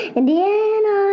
Indiana